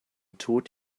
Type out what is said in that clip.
tod